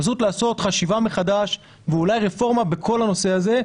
פשוט לעשות חשיבה מחדש ואולי רפורמה בכל הנושא הזה,